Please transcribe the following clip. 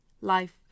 life